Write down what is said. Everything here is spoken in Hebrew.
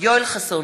יואל חסון,